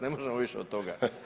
Ne možemo više od toga.